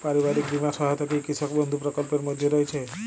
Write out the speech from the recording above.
পারিবারিক বীমা সহায়তা কি কৃষক বন্ধু প্রকল্পের মধ্যে রয়েছে?